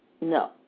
No